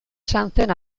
sanzen